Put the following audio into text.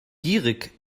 gierig